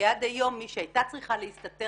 כי עד היום מי שהיתה צריכה להסתתר